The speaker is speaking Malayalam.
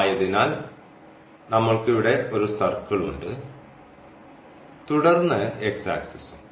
അതിനാൽ നമ്മൾക്ക് ഇവിടെ ഒരു സർക്കിൾ ഉണ്ട് തുടർന്ന് എക്സ് ആക്സിസും